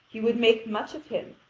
he would make much of him,